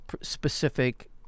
specific